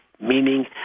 meaning